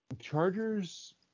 Chargers